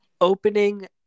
opening